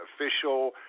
official